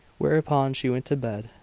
whereupon she went to bed,